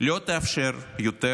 לא תאפשר יותר